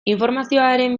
informazioren